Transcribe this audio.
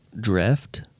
Drift